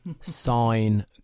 Sign